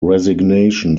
resignation